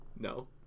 No